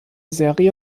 serie